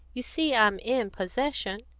you see i'm in possession.